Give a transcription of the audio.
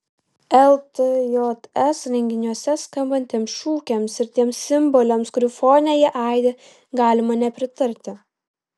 ltjs renginiuose skambantiems šūkiams ir tiems simboliams kurių fone jie aidi galima nepritarti